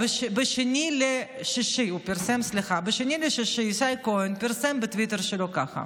ב-2 ביוני ישי כהן פרסם בטוויטר שלו ככה: